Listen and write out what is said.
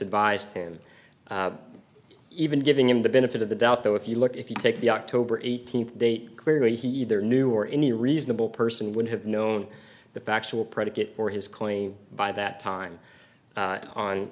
advised him even giving him the benefit of the doubt though if you look if you take the october eighteenth date clearly he either knew or any reasonable person would have known the factual predicate for his claim by that time